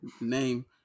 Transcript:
Name